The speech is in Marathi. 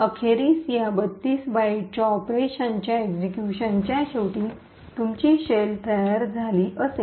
अखेरीस या 32 बाइट्सच्या ऑपरेशनच्या एक्सिक्यूशनच्या शेवटी तुमची शेल तयार झाली असेल